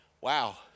Wow